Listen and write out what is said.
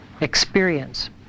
experience